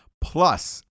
plus